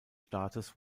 staates